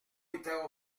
était